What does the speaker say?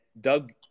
Doug